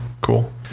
cool